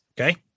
Okay